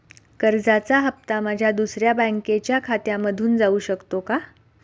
कर्जाचा हप्ता माझ्या दुसऱ्या बँकेच्या खात्यामधून जाऊ शकतो का?